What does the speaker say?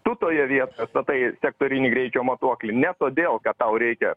tu toje vietoje statai sektorinį greičio matuoklį ne todėl kad tau reikia